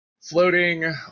floating